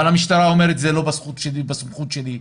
המשטרה אומרת, זה לא בסמכות שלי.